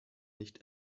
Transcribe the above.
nicht